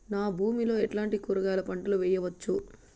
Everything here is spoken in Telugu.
నా భూమి లో ఎట్లాంటి కూరగాయల పంటలు వేయవచ్చు?